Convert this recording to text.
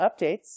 updates